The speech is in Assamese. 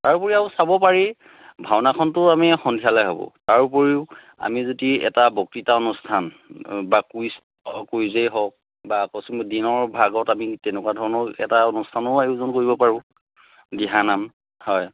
তাৰ উপৰি আৰু চাব পাৰি ভাওনাখনটো আমি সন্ধিয়ালৈ হ'ব তাৰোপৰিও আমি যদি এটা বক্তৃতা অনুষ্ঠান বা কুইজ কুইজেই হওক বা আকস্মিক দিনৰ ভাগত আমি তেনেকুৱা ধৰণৰ এটা অনুষ্ঠানো আয়োজন কৰিব পাৰোঁ দিহা নাম হয়